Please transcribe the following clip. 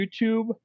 YouTube